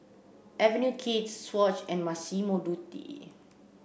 Avenue Kids Swatch and Massimo Dutti